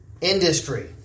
industry